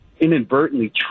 inadvertently